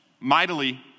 mightily